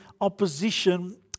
opposition